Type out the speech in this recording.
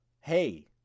hey